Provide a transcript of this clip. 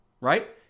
Right